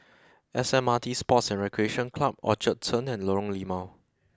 S M R T Sports and Recreation Club Orchard Turn and Lorong Limau